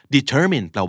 Determined